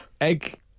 Egg